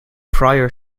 prior